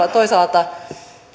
ja toisaalta